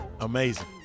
Amazing